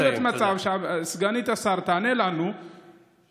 לא יכול להיות מצב שבו סגנית השר תענה לנו ובמקום